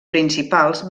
principals